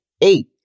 eight